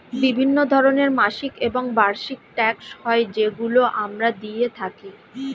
বিভিন্ন ধরনের মাসিক এবং বার্ষিক ট্যাক্স হয় যেগুলো আমরা দিয়ে থাকি